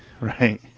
Right